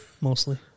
mostly